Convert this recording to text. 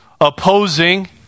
opposing